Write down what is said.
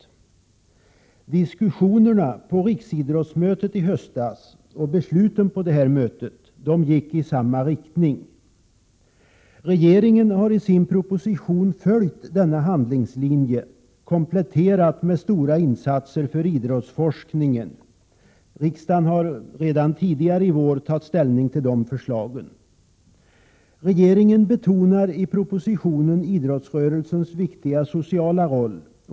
Diskussionerna på riksidrottsmötet i höstas och besluten på det mötet gick i samma riktning. Regeringen har i sin proposition följt denna handlingslinje, kompletterad med stora insatser för idrottsforskningen. Riksdagen har tidigare i vår tagit ställning till de förslagen. Regeringen betonar i propositionen idrottsrörelsen viktiga sociala roll.